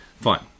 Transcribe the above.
Fine